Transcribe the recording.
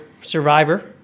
survivor